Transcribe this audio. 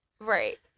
Right